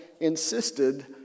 insisted